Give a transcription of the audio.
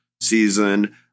season